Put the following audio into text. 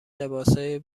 لباسهای